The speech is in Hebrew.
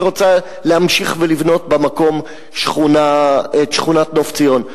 שרוצה להמשיך ולבנות במקום את שכונת "נוף ציון".